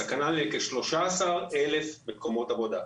סכנה לכ-13,000 מקומות עבודה.